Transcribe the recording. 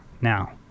now